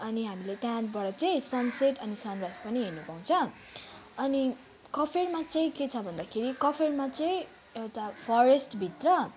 अनि हामीले त्यहाँबाट चाहिँ सनसेट अनि सनराइज हेर्नु पाउँछ अनि कफेरमा चाहिँ के छ भन्दाखेरि कफेरमा चाहिँ एउटा फरेस्टभित्र